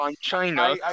China